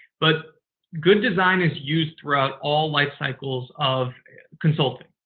but good design is used throughout all life cycles of consulting.